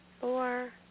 four